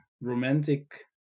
romantic